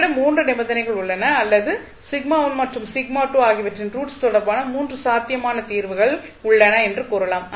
நம்மிடம் 3 நிபந்தனைகள் உள்ளன அல்லது மற்றும் ஆகிவற்றின் ரூட்ஸ் தொடர்பான 3 சாத்தியமான தீர்வுகள் உள்ளன என்று கூறலாம்